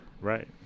Right